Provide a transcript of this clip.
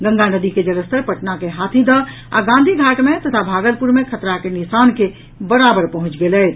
गंगा नदी के जलस्तर पटना के हाथीदह आ गांधीघाट मे तथा भागलपुर मे खतरा के निशान के बराबर पहुंचि गेल अछि